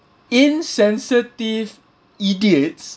insensitive idiots